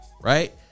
Right